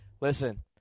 listen